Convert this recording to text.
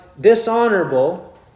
dishonorable